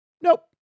nope